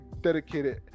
dedicated